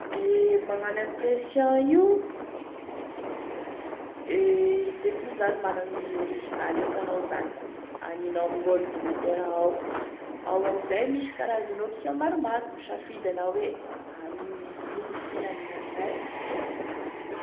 Gne magnao impression io, izy eky aloha managny e original eky anao da aniny amign'ordinateur ao ao amin'izay misy karazane option maromaro, misafidy anao hoe anigny ino izy ty na hanigny akognaia,